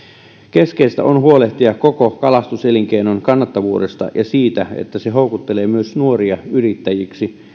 keskeistä on huolehtia koko kalastuselinkeinon kannattavuudesta ja siitä että se houkuttelee myös nuoria yrittäjiksi